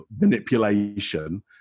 manipulation